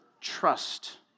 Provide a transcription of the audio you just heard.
trust